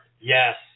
Yes